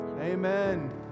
Amen